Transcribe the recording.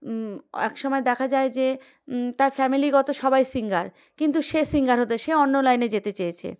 এক সময় দেখা যায় যে তার ফ্যামিলিগত সবাই সিঙ্গার কিন্তু সে সিঙ্গার হতে সে অন্য লাইনে যেতে চেয়েছে